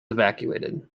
evacuated